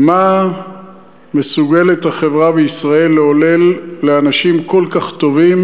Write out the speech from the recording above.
מה מסוגלת החברה בישראל לעולל לאנשים כל כך טובים,